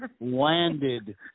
landed